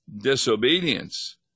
disobedience